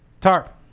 Tarp